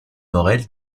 morel